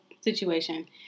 situation